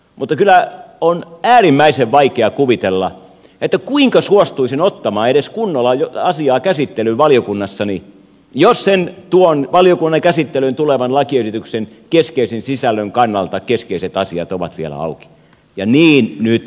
mutta kyllä on äärimmäisen vaikea kuvitella kuinka suostuisin ottamaan edes kunnolla asiaa käsittelyyn valiokunnassani jos tuon valiokunnan käsittelyyn tulevan lakiesityksen keskeisen sisällön kannalta keskeiset asiat ovat vielä auki ja niin nyt ovat